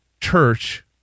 church